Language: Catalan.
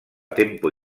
tempo